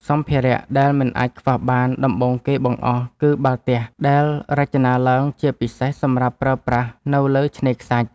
សម្ភារៈដែលមិនអាចខ្វះបានដំបូងគេបង្អស់ គឺបាល់ទះដែលរចនាឡើងជាពិសេសសម្រាប់ប្រើប្រាស់នៅលើឆ្នេរខ្សាច់។